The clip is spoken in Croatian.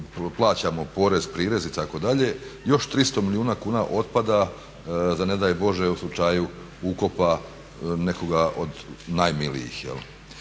plaćamo porez, prirez itd., još 300 milijuna kuna otpada za ne daj Bože u slučaju ukopa nekoga od najmilijih.